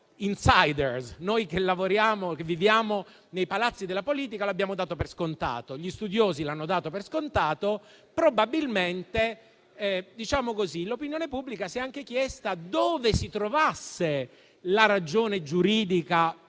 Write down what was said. lavoriamo e viviamo nei palazzi della politica, è stato dato per scontato, gli studiosi l'hanno dato per scontato, probabilmente l'opinione pubblica si è anche chiesta dove si trovasse la ragione giuridica per